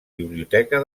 biblioteca